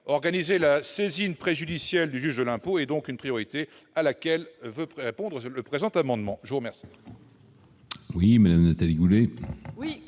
Organiser la saisine préjudicielle du juge de l'impôt est donc une priorité à laquelle tend à répondre le présent amendement. La parole